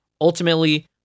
ultimately